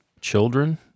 children